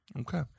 Okay